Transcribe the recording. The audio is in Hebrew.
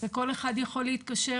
וכל אחד יכול להתקשר,